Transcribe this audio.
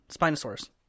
Spinosaurus